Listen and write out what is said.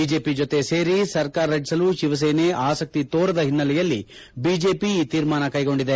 BJP ಜೊತೆ ಸೇರಿ ಸರ್ಕಾರ ರಚಿಸಲು ಶಿವಸೇನೆ ಆಸಕ್ಕಿ ತೋರದ ಹಿನ್ನೆಲೆಯಲ್ಲಿ ಜಿಜೆಪಿ ಈ ತೀರ್ಮಾನ ಕ್ಸೆಗೊಂಡಿದೆ